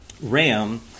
Ram